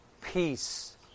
peace